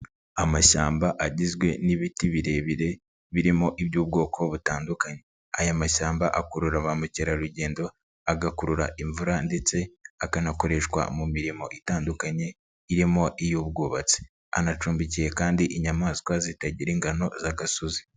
Amashyamba agizwe n'ibiti birebire birimo iby'ubwoko butandukanye, aya mashyamba akurura ba mukerarugendo, agakurura imvura ndetse akanakoreshwa mu mirimo itandukanye, irimo iy'ubwubatsi, anacumbikiye kandi inyamaswa zitagira ingano z'agasozi.